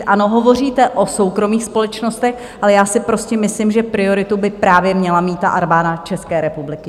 Ano, hovoříte o soukromých společnostech, ale já si prostě myslím, že prioritu by právě měla mít Armáda České republiky.